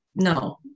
No